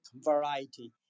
variety